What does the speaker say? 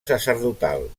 sacerdotal